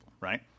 right